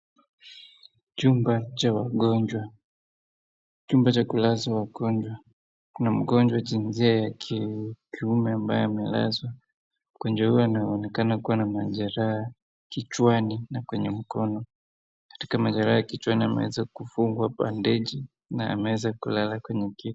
Chumba cha wagonjwa, chumba cha kulazwa wagonjwa. Kuna mgonjwa jinsia ya kiume ambaye amelazwa. Mgonjwa huyo anaonekana kuwa na majeraha kichwani na kwenye mkono. Katika majeraha ya kichwani ameweza kufungwa bandeji na ameweza kulala kwenye kiti.